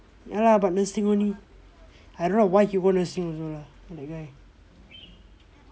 ya lah but nursing only I don't know why he go nursing also lah